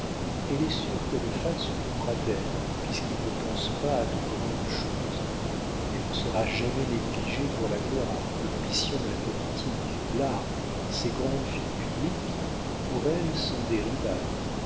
elle est sûre que le fat s'occupera d'elle puisqu'il ne pense pas à de grandes choses elle ne sera jamais négligée pour la gloire l'ambition la politique l'art ces grandes filles publiques qui pour elle sont des rivales